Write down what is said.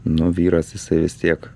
nu vyras jisai vis tiek